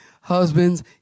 Husbands